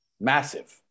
Massive